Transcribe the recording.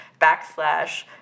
backslash